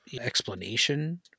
explanation